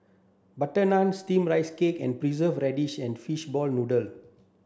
butter naan steamed rice cake with preserved radish and fish ball noodle